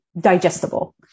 digestible